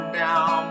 down